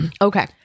Okay